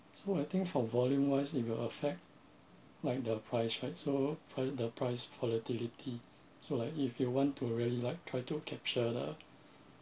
so I think for volume wise it will affect like the price right so for the price volatility so like if you want to really like try to capture the